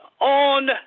on